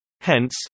Hence